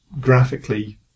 graphically